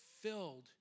filled